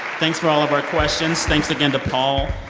thanks for all of our questions. thanks again to paul,